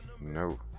No